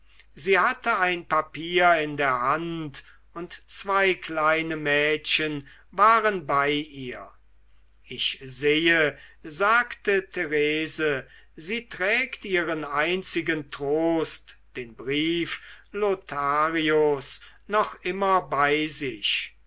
sie hatte ein papier in der hand und zwei kleine mädchen waren bei ihr ich sehe sagte therese sie trägt ihren einzigen trost den brief lotharios noch immer bei sich